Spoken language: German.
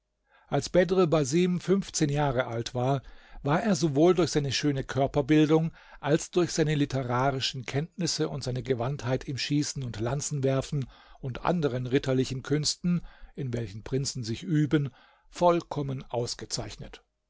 als bedr basim fünfzehn jahre alt war war er sowohl durch seine schöne körperbildung als durch seine literarischen kenntnisse und seine gewandtheit im schießen und lanzenwerfen und anderen ritterlichen künsten in welchen prinzen sich üben vollkommen ausgezeichnet